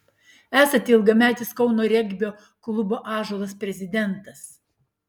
esate ilgametis kauno regbio klubo ąžuolas prezidentas